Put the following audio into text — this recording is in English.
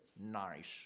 nice